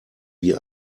wie